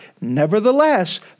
Nevertheless